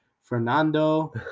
Fernando